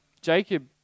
Jacob